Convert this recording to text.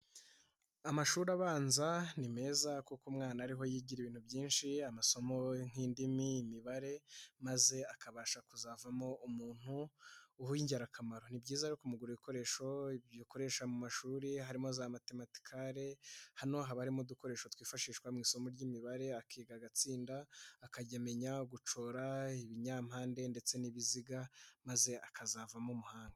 Amashuri abanza ni m kuko umwana ariho yigira ibintu byinshi amasomo nk'indimi, imibare maze akabasha kuzavamo umuntu uw'ingirakamaro. Ni byiza kumugura ibikoresho bikoresha mu mashuri harimo za matematiakre, hano haba harimo udukoresho twifashishwa mu isomo ry'imibare, akiga agatsinda akamenya gushora ibinyampande ndetse n'ibiziga maze akazavamo umuhanga.